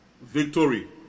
victory